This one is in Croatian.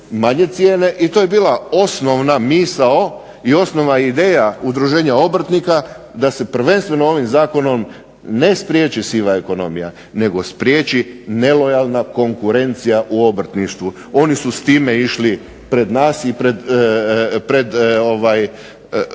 I to je bila osnovna misao i osnovna ideja Udruženja obrtnika da se prvenstveno ovim zakonom ne spriječi siva ekonomija nego spriječi nelojalna konkurencija u obrtništvu. Oni su s time išli pred nas i pred vaše